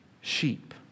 sheep